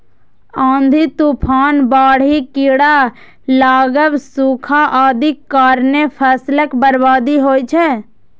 आंधी, तूफान, बाढ़ि, कीड़ा लागब, सूखा आदिक कारणें फसलक बर्बादी होइ छै